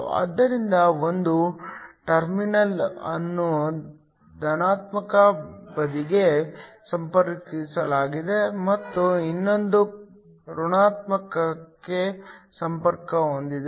ಆದ್ದರಿಂದ ಒಂದು ಟರ್ಮಿನಲ್ ಅನ್ನು ಧನಾತ್ಮಕ ಬದಿಗೆ ಸಂಪರ್ಕಿಸಲಾಗಿದೆ ಮತ್ತು ಇನ್ನೊಂದು ಋಣಾತ್ಮಕಕ್ಕೆ ಸಂಪರ್ಕ ಹೊಂದಿದೆ